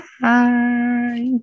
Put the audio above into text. Bye